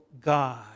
God